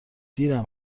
دیرم